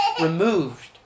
removed